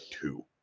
two